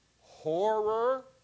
horror